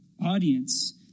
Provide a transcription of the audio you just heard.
audience